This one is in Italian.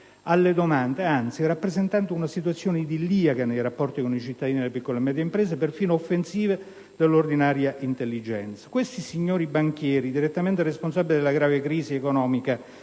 alle domande e, anzi, rappresentando una situazione idilliaca circa i rapporti con i cittadini e le piccole e medie imprese, persino offensiva dell'ordinaria intelligenza. Questi signori banchieri, direttamente responsabili della grave crisi economica